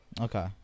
Okay